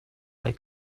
they